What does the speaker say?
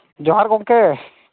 ᱡᱚᱦᱟᱨ ᱜᱚᱢᱠᱮ